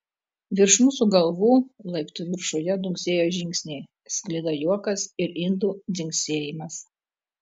virš mūsų galvų laiptų viršuje dunksėjo žingsniai sklido juokas ir indų dzingsėjimas